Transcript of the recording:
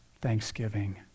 thanksgiving